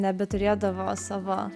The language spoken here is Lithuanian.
nebeturėdavo savo